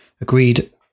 agreed